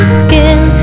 skin